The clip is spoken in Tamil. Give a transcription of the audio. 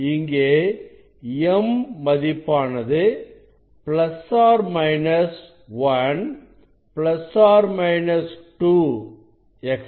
இங்கே m மதிப்பானது ±1 ±2 etc